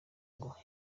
ngo